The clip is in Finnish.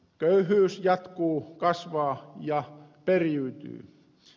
köyhyys jatkuu kasvaa ja periytyy